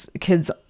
kids